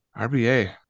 RBA